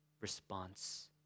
response